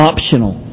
Optional